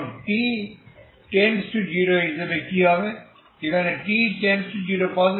এখন t → 0 হিসাবে কি হবে